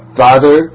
father